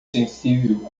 sensível